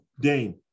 Dane